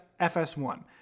FS1